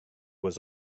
was